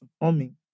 performing